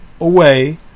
away